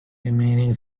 emanating